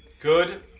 Good